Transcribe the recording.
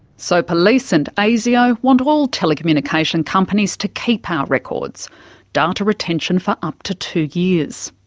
so police and asio want all telecommunication companies to keep our records data retention for up to two years.